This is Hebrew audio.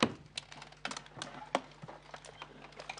הישיבה ננעלה בשעה 15:43.